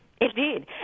Indeed